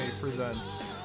presents